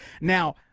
Now